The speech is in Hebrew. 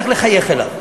צריך לחייך אליו,